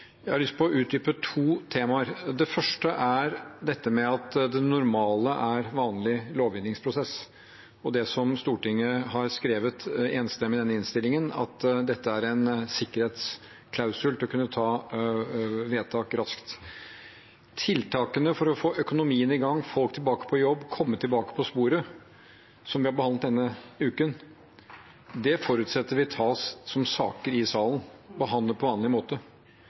Jeg har lyst til å utdype to temaer. Det første er at det normale er vanlig lovgivningsprosess, og det som Stortinget har skrevet enstemmig i denne innstillingen, er at dette er en sikkerhetsklausul til å kunne fatte vedtak raskt. Tiltakene for å få økonomien i gang, få folk tilbake på jobb, komme tilbake på sporet, som vi har behandlet denne uken, forutsetter vi tas som saker i salen og behandles på vanlig måte.